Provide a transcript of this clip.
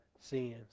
sins